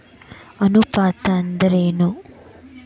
ಅನುಪಾತ ಅಂದ್ರ ಏನ್?